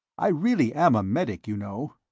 i really am a medic, you know.